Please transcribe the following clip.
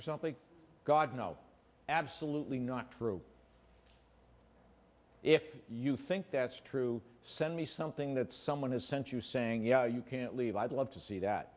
or something god no absolutely not true if you think that's true send me something that someone has sent you saying yeah you can't leave i'd love to see that